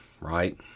right